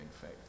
faith